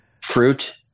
Fruit